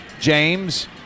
James